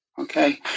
Okay